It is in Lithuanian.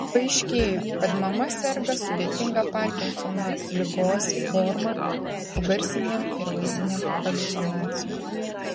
paaiškėjo kad mama serga sudėtinga parkinsono ligos forma su garsinėm ir vaizdinėm haliucinacijom